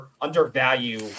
undervalue